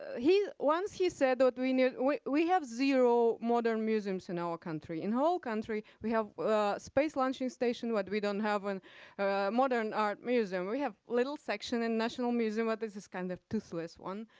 he, once he said that we need, we we have zero modern museums in our country, in whole country. we have space launching station, but we don't have an modern art museum. we have little section in national museum, but this is kind of toothless one.